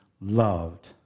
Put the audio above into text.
loved